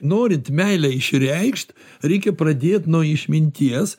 norint meilę išreikšt reikia pradėt nuo išminties